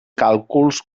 càlculs